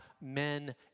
men